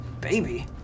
Baby